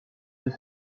deux